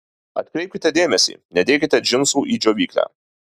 atkreipkite dėmesį nedėkite džinsų į džiovyklę